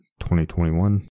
2021